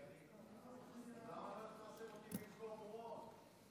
אני הזכרתי בדיון הקודם את ההתנהלות הברברית,